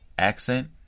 accent